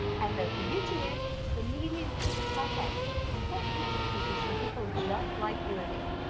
and the beauty is, the media needs content and thought leadership pieces from people just like you and me.